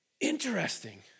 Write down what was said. Interesting